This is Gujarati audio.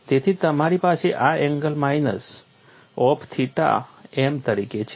તેથી તમારી પાસે આ angle minus of theta m તરીકે છે